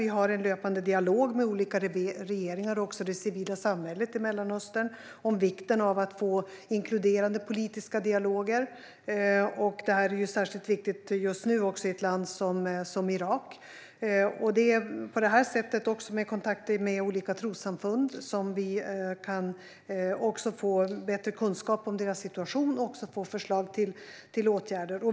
Vi har en löpande dialog med olika regeringar och det civila samhället i Mellanöstern om vikten av att få inkluderande politiska dialoger. Detta är särskilt viktigt just nu i Irak. Också i kontakt med olika trossamfund kan vi få bättre kunskap om deras situation och få förslag till åtgärder.